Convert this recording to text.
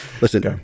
listen